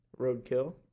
Roadkill